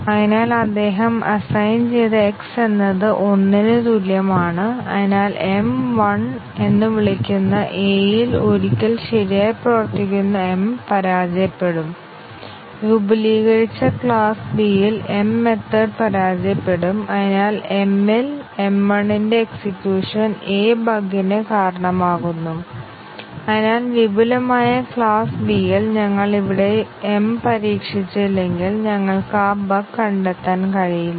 അതിനാൽ അദ്ദേഹം അസ്സൈൻ ചെയ്ത x എന്നത് 1 ന് തുല്യമാണ് അതിനാൽ m 1 എന്നു വിളിക്കുന്ന Aയിൽ ഒരിക്കൽ ശരിയായി പ്രവർത്തിക്കുന്ന m പരാജയപ്പെടും വിപുലീകരിച്ച ക്ലാസ്സ് Bയിൽ m മെത്തേഡ് പരാജയപ്പെടും അതിനാൽ m ൽ m 1 ന്റ്റെ എക്സിക്യൂഷൻ A ബഗിന് കാരണമാകുന്നു അതിനാൽ വിപുലമായ ക്ലാസ് Bയിൽ ഞങ്ങൾ ഇവിടെ m പരീക്ഷിച്ചില്ലെങ്കിൽ ഞങ്ങൾക്ക് ആ ബഗ് കണ്ടെത്താൻ കഴിയില്ല